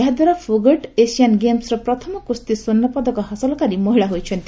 ଏହାଦ୍ୱାରା ଫୋଘଟ୍ ଏସିଆନ ଗେମ୍ସର ପ୍ରଥମ କୁସ୍ତି ସ୍ୱର୍ଷପଦକ ହାସଲ କାରୀ ମହିଳା ହୋଇଛନ୍ତି